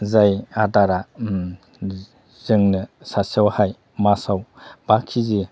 जाय आदारा जोंनो सासेयावहाय मासाव बा केजि